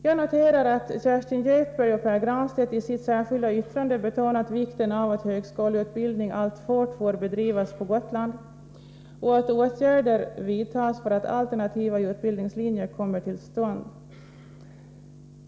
Jag noterar att Kerstin Göthberg och Pär Granstedt i sitt särskilda yttrande betonat vikten av att högskoleutbildning alltfort bedrivs på Gotland och att åtgärder vidtas för att alternativa utbildningslinjer kommer till stånd.